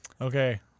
Okay